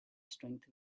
strength